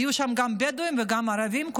היו שם גם בדואים וגם ערבים,